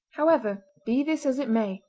however, be this as it may,